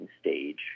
stage